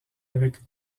avec